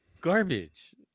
garbage